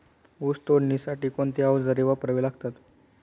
ऊस तोडणीसाठी कोणती अवजारे वापरावी लागतात?